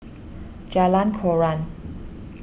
Jalan Koran